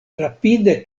rapide